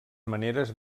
maneres